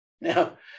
Now